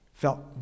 felt